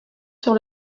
sur